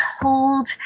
hold